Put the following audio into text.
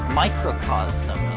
microcosm